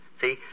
See